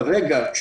כרגע,